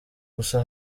gusa